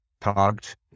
talked